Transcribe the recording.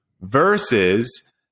Versus